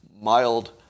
mild